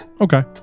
Okay